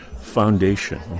foundation